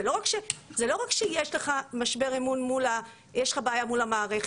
זה לא רק שיש לך בעיה מול המערכת.